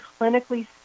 clinically